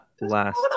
last